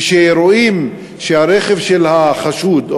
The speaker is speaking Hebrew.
כשרואים שהרכב של החשוד,